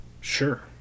Sure